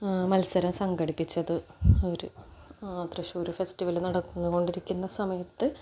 മത്സരം സംഘടിപ്പിച്ചത് അവര് തൃശ്ശൂര് ഫെസ്റ്റിവല് നടന്നുകൊണ്ടിരിക്കുന്ന സമയത്ത്